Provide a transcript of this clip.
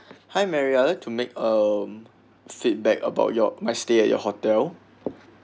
hi maria to make um feedback about your my stay at your hotel